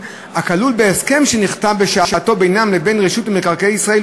הכלול בהסכם שנחתם בשעתו בינם לבין רשות מקרקעי ישראל,